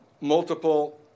multiple